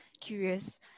curious